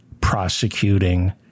prosecuting